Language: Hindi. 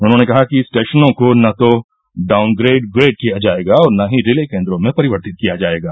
उन्होंने कहा कि स्टेशनों को न तो डाउनग्रेड ग्रेड किया जाएगा और न ही रिले केंद्रों में परिवर्तित किया जाएगा